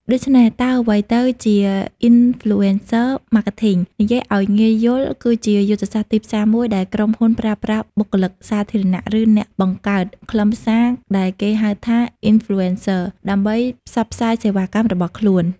ដូច្នេះ តើអ្វីទៅជា Influencer Marketing? និយាយឱ្យងាយយល់ គឺជាយុទ្ធសាស្ត្រទីផ្សារមួយដែលក្រុមហ៊ុនប្រើប្រាស់បុគ្គលសាធារណៈ ឬអ្នកបង្កើតខ្លឹមសារដែលគេហៅថា Influencers ដើម្បីផ្សព្វផ្សាយសេវាកម្មរបស់ខ្លួន។